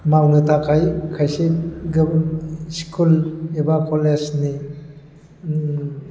मावनो थाखाय खायसे गोबां स्कुल एबा कलेजनि